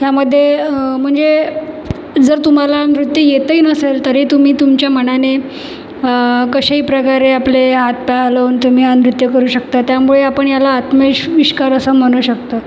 ह्यामध्ये म्हणजे जर तुम्हाला नृत्य येतही नसेल तरी तुम्ही तुमच्या मनाने कशाही प्रकारे आपले हातपाय हलवून तुम्ही हा नृत्य करू शकता त्यामुळे आपण ह्याला आत्मविशविष्कार असं म्हणू शकतो